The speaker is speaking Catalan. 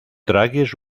tragues